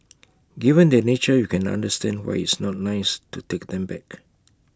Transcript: given their nature you can understand why it's not nice to take them back